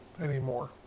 anymore